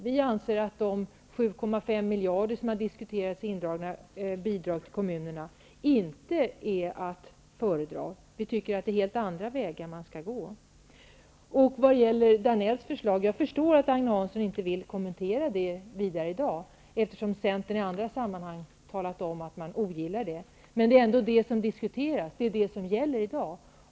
Vi anser att de 7,5 miljarder i indragna bidrag till kommunerna som har diskuterats inte är att föredra. Vi tycker att det är helt andra vägar man skall gå. Jag förstår att Agne Hansson inte vidare vill kommentera Georg Danells förslag eftersom Centern i andra sammanhang har talat om att man ogillar det. Men det är ändå det förslag som diskuteras i dag.